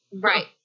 Right